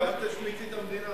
ואל תשמיצי את המדינה.